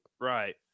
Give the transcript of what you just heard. Right